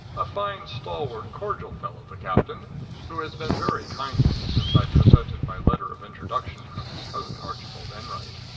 a fine, stalwart, cordial fellow the captain who has been very kind to me since i presented my letter of introduction from his cousin, archibald enwright.